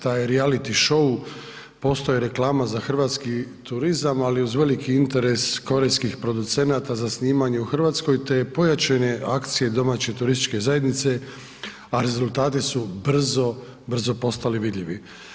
Taj reality showu posto je reklama za hrvatski turizam ali u veliki interes korejskih producenata za snimanje u Hrvatskoj te pojačane akcije domaće turističke zajednice, a rezultati su brzo, brzo postali vidljivi.